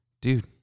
Dude